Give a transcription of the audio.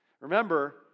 Remember